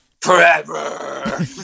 forever